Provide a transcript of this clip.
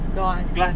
don't want